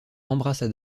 embrassa